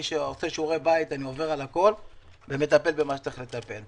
אני עושה שיעורי בית ועובר על הכל ומטפל במה שצריך לטפל.